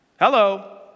Hello